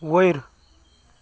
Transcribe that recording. वयर